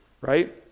right